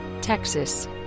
Texas